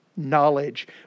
knowledge